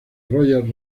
roger